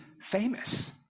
famous